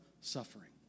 suffering